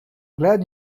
glad